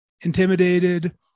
intimidated